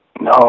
no